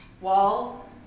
Wall